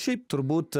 šiaip turbūt